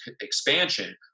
expansion